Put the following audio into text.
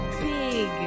big